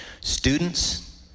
Students